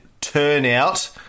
turnout